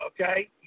okay